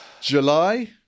July